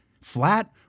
flat